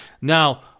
Now